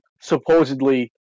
supposedly